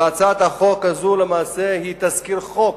והצעת החוק הזאת היא למעשה תזכיר חוק